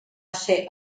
ser